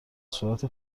صورت